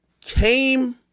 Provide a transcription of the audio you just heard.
Came